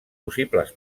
possibles